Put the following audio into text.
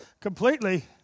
completely